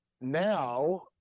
now